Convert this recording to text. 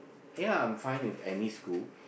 ya I'm fine with any school